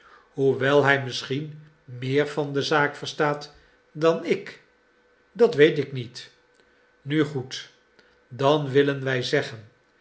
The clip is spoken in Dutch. hoewel hij misschien meer van de zaak verstaat dan ik dat weet ik niet nu goed dan willen wij zeggen